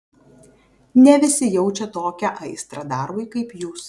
ne visi jaučia tokią aistrą darbui kaip jūs